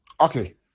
Okay